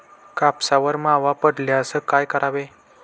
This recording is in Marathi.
कापसावर मावा पडल्यास काय करावे?